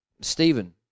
Stephen